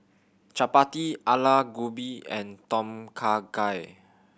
Chapati Alu Gobi and Tom Kha Gai